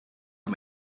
les